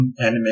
anime